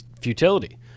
futility